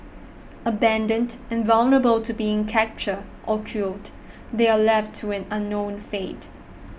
abandoned and vulnerable to being captured or culled they are left to an unknown fate